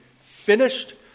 finished